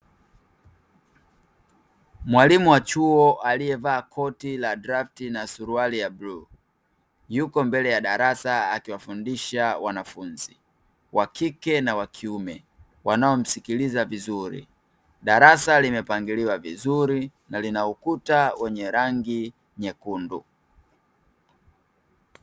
Mwalimu wa chuo aliyevaa koti la drafti na suruali ya buluu, yuko mbele ya darasa akiwafundisha wanafunzi wakike na wakiume wanao msikiliza vizuri. Darasa limepangiliwa vizuri na lina ukuta wenye rangi nyekundu.